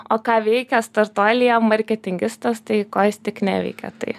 o ką veikia startuolyje marketingistas tai ko jis tik neveikia tai